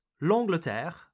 l'Angleterre